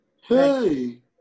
Hey